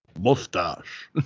Mustache